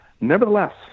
Nevertheless